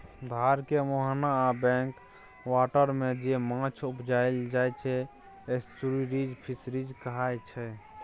धारक मुहाना आ बैक बाटरमे जे माछ उपजाएल जाइ छै एस्च्युरीज फिशरीज कहाइ छै